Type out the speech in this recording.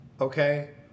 Okay